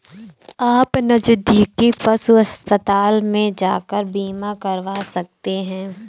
आप नज़दीकी पशु अस्पताल में जाकर बीमा करवा सकते है